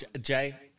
Jay